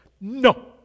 no